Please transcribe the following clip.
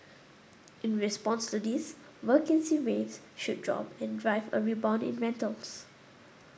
in response to this vacancy rates should drop and drive a rebound in rentals